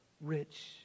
rich